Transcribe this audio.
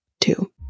two